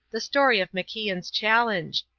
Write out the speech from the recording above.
the story of macian's challenge,